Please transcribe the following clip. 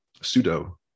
pseudo